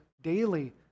daily